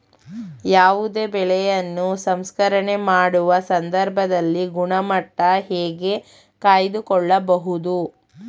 ಯಾವುದೇ ಬೆಳೆಯನ್ನು ಸಂಸ್ಕರಣೆ ಮಾಡುವ ಸಂದರ್ಭದಲ್ಲಿ ಗುಣಮಟ್ಟ ಹೇಗೆ ಕಾಯ್ದು ಕೊಳ್ಳಬಹುದು?